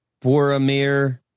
Boromir